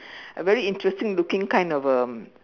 a very interesting looking kind of um